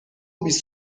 بیست